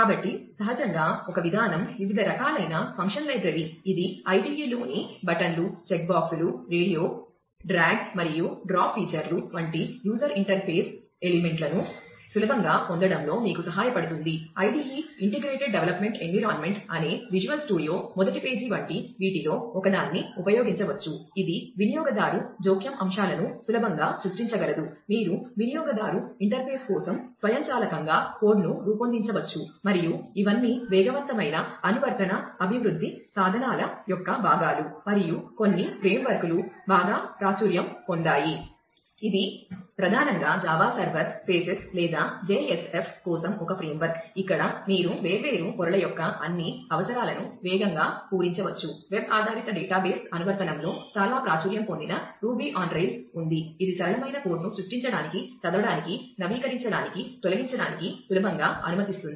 కాబట్టి సహజంగా ఒక విధానం వివిధ రకాలైన ఫంక్షన్ లైబ్రరీ ఉంది ఇది సరళమైన కోడ్ ను సృష్టించడానికి చదవడానికి నవీకరించడానికి తొలగించడానికి సులభంగా అనుమతిస్తుంది